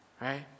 Right